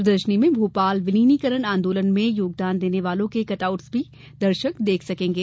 प्रदर्शनी में भोपाल विलीनीकरण आंदोलन में योगदान देने वालों के कट आउट भी दर्शक देख सकेंगे